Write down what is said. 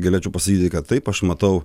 galėčiau pasakyti kad taip aš matau